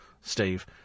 Steve